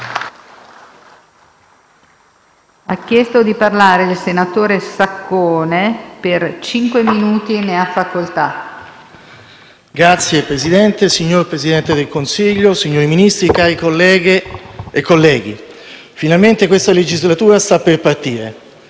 Signor Presidente, signor Presidente del Consiglio, signori Ministri, cari colleghe e colleghi, finalmente questa legislatura sta per partire.